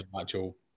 actual